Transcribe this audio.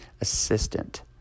assistant